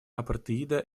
апартеида